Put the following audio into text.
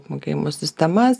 apmokėjimo sistemas